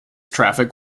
traffic